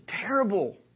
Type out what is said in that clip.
terrible